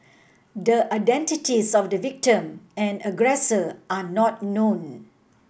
the identities of the victim and aggressor are not known